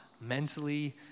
mentally